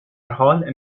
حال